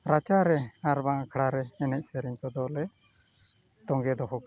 ᱨᱟᱪᱟᱨᱮ ᱟᱨ ᱵᱟᱝ ᱟᱠᱷᱲᱟ ᱨᱮ ᱮᱱᱮᱡ ᱥᱮᱨᱮᱧ ᱠᱚᱫᱚᱞᱮ ᱛᱚᱸᱜᱮ ᱫᱚᱦᱚ ᱠᱟᱜᱼᱟ